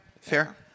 fair